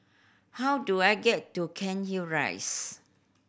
how do I get to Cairnhill Rise